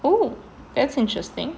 oh that's interesting